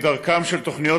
כדרכן של תוכניות,